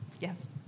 Yes